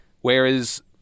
whereas